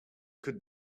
could